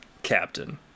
captain